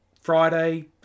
Friday